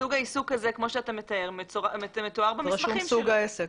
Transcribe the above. סוג העיסוק הזה כמו שאתה מתאר מתואר במסמכים שלו.